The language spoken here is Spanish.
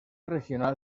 regional